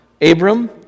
Abram